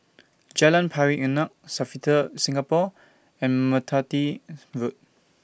Jalan Pari Unak Sofitel Singapore and Merpati Road